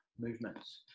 movements